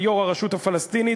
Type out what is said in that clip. יו"ר הרשות הפלסטינית.